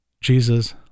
Jesus